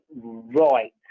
right